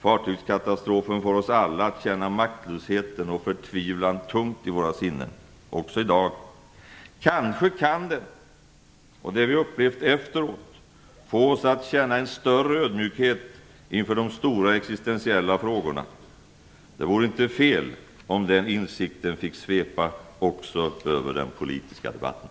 Fartygskatastrofen får oss alla att känna maktlösheten och förtvivlan tungt i våra sinnen, också i dag. Kanske kan den, och det som vi har upplevt efteråt, få oss att känna en större ödmjukhet inför de stora existentiella frågorna. Det vore inte fel om den insikten fick svepa också över den politiska debatten.